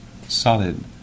solid